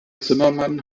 zimmermann